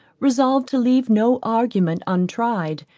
resolved to leave no argument untried,